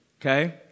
okay